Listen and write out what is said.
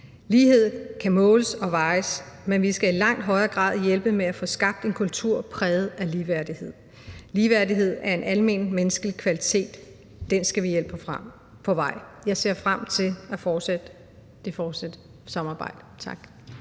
Lighed kan måles og vejes, men vi skal i langt højere grad hjælpe med at få skabt en kultur præget af ligeværdighed. Ligeværdighed er en almen menneskelig kvalitet, og den skal vi hjælpe på vej. Jeg ser frem til det fortsatte samarbejde. Tak.